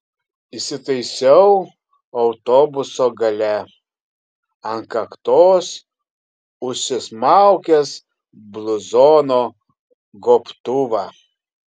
įsitaisiau autobuso gale ant kaktos užsismaukęs bluzono gobtuvą